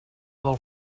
del